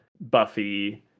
buffy